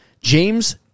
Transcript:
James